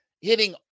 hitting